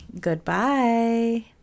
goodbye